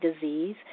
disease